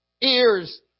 ears